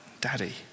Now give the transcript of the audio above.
daddy